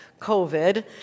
COVID